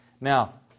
Now